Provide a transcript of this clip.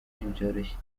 ntibyoroshye